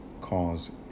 cause